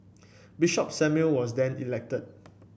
Bishop Samuel was then elected